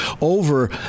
over